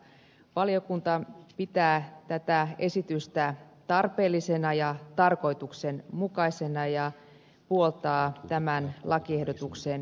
valiokunta pitää tätä esitystä tarpeellisena ja tarkoituksenmukaisena ja puoltaa tämän lakiehdotuksen hyväksymistä